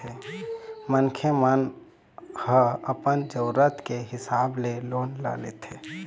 मनखे मन ह अपन जरुरत के हिसाब ले लोन ल लेथे